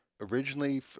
originally